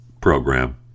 program